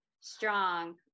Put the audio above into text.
strong